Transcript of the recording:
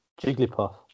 Jigglypuff